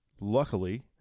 luckily